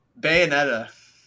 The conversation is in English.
Bayonetta